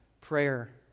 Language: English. prayer